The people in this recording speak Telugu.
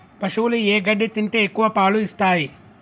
పశువులు ఏ గడ్డి తింటే ఎక్కువ పాలు ఇస్తాయి?